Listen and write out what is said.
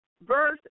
verse